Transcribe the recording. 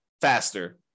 faster